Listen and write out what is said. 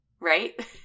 right